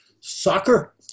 soccer